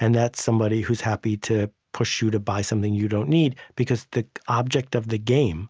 and that's somebody who's happy to push you to buy something you don't need because the object of the game